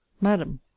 madam